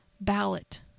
ballot